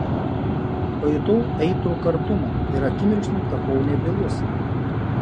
pajutau aitrų kartumą ir akimirksniu tapau nebylus